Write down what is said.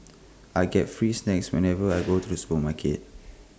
I get free snacks whenever I go to the supermarket